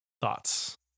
thoughts